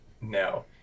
No